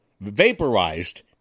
vaporized